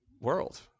world